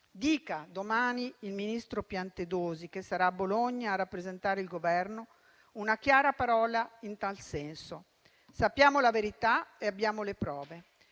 Dica domani il ministro Piantedosi, che sarà a Bologna a rappresentare il Governo, una chiara parola in tal senso. Sappiamo la verità e abbiamo le prove: